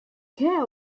care